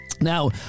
Now